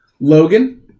Logan